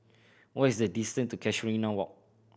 what is the distance to Casuarina Walk